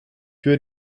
für